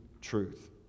truth